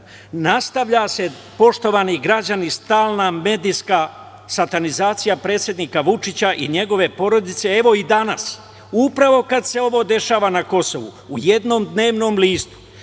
nastavlja se poštovani građani stalna medijska satanizacija predsednika Vučića i njegove porodice, evo i danas, upravo kada se ovo dešava na Kosovu.U jednom dnevnom listu